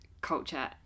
culture